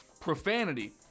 Profanity